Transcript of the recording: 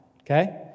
Okay